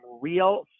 real